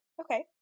okay